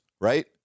right